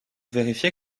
vérifier